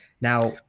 Now